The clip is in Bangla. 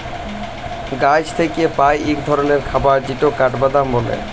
গাহাচ থ্যাইকে পাই ইক ধরলের খাবার যেটকে কাঠবাদাম ব্যলে